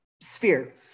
sphere